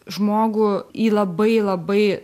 žmogų į labai labai